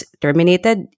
terminated